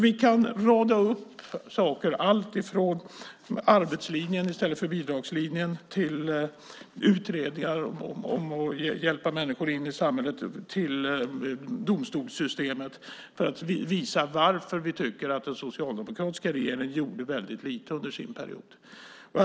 Vi kan rada upp saker alltifrån arbetslinjen i stället för bidragslinjen och utredningar om att hjälpa människor in i samhället till domstolssystemet för att visa varför vi tycker att den socialdemokratiska regeringen gjorde väldigt lite under sin regeringsperiod.